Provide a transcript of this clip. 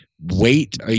wait